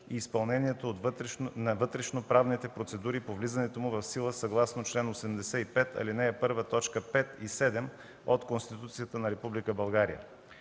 и изпълнението на вътрешно-правните процедури по влизането му в сила съгласно чл. 85, ал. 1, т. 5 и 7 от Конституцията на